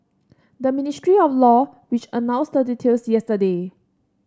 the Ministry of Law which announced the details yesterday